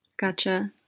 Gotcha